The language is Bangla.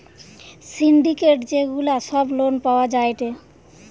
সিন্ডিকেট যে গুলা সব লোন পাওয়া যায়টে